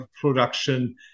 production